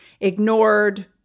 ignored